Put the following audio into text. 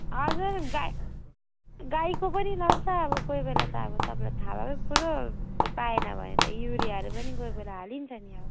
हजुर गा गाईको पनि लाउँछ अब कोहीबेला त अब तपाईँलाई थाहा भएकै कुरो पाएन भने त युरियाहरू पनि कोहीबेला हालिन्छ नि अब